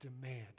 demand